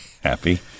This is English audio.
happy